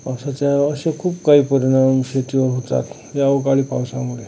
असचा असेच खूप काही परिणाम शेतीवर होतात ह्या अवकाळी पावसामुळे